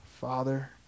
Father